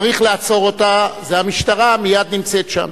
צריך לעצור אותה, המשטרה מייד נמצאת שם.